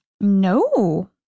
No